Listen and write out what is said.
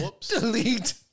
delete